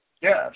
Yes